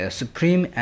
supreme